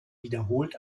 wiederholt